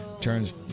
turns